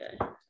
Okay